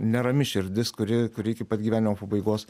nerami širdis kuri kuri iki pat gyvenimo pabaigos